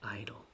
idol